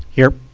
here.